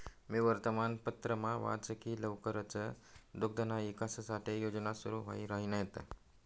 मी वर्तमानपत्रमा वाच की लवकरच दुग्धना ईकास साठे योजना सुरू व्हाई राहिन्यात